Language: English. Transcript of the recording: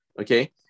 okay